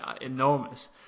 enormous